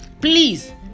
please